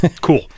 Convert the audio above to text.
Cool